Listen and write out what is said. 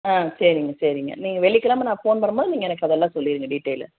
ஆ சரிங்க சரிங்க நீங்கள் வெள்ளிக்கிழம நான் ஃபோன் பண்ணும் போது நீங்கள் எனக்கு அதெல்லாம் சொல்லிருங்க டீட்டெயிலு